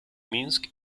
minsk